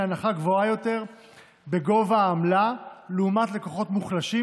להנחה גבוהה יותר בגובה העמלה מלקוחות מוחלשים,